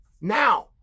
Now